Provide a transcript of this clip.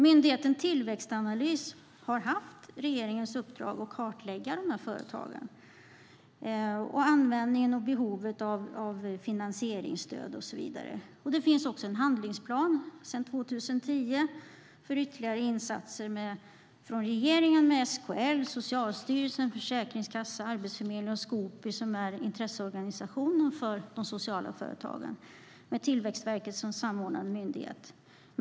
Myndigheten Tillväxtanalys har haft regeringens uppdrag att kartlägga de här företagen. Det gäller då användningen och behovet av finansieringsstöd och så vidare. Sedan 2010 finns det en handlingsplan från regeringen för ytterligare insatser tillsammans med SKL, Socialstyrelsen, Försäkringskassan, Arbetsförmedlingen och Skoopi, de sociala företagens intresseorganisation, med Tillväxtverket som samordnande myndighet.